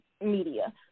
media